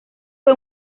fue